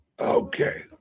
okay